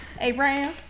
Abraham